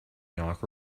knock